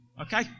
Okay